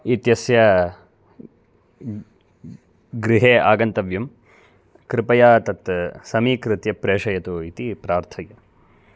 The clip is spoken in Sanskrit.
इत्यस्य गृहे आगन्तव्यं कृपया तत् समीकृत्य प्रेषयतु इति प्रार्थये